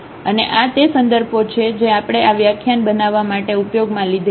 અને આ તે સંદર્ભો છે જે આપણે આ વ્યાખ્યાન બનાવવા માટે ઉપયોગમાં લીધેલ છે